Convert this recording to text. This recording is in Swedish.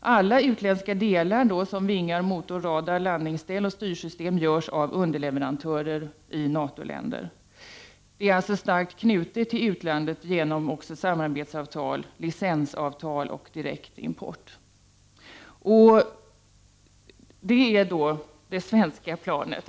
Alla utländska delar, som vingar, motor, radar, landningsställ och styrsystem görs av underleverantörer i NATO-länder. Det är alltså starkt knutet till utlandet också genom samarbetsavtal, licensavtal och direkt import. Det är det svenska planet.